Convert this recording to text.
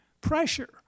pressure